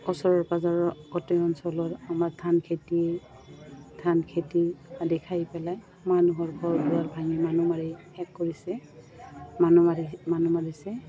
ওচৰৰ পাজৰৰ গোটেই অঞ্চলৰ আমাৰ ধান খেতি ধান খেতি আদি খাই পেলাই মানুহৰ ঘৰ দুৱাৰ ভাঙি মানুহ মাৰি শেষ কৰিছে মানুহ মাৰি মানুহ মাৰিছে